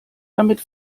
damit